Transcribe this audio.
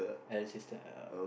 as sister uh